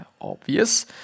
obvious